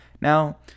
Now